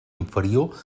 inferior